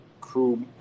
Crew